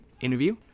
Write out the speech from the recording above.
interview